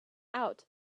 out